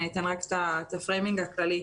אני אתן רק את ה-framing הכללי.